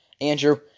Andrew